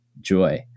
joy